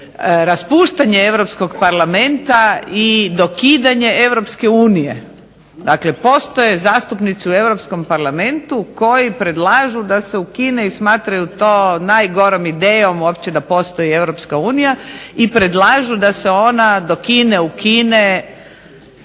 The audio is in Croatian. raspuštanje Europskog parlamenta i dokidanje Europske unije. Dakle, postoje zastupnici u Europskom parlamentu koji predlažu da se ukine i smatraju to najgorom idejom uopće da postoji Europska unija i predlažu da se ona dokine, ukine.